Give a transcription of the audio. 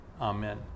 Amen